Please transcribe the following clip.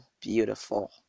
beautiful